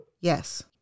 Yes